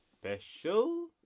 Special